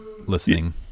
listening